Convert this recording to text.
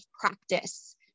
practice